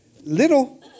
Little